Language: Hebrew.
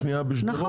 השני בשדרות.